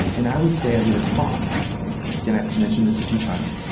and i would say as a response and, again, i mentioned this a few times,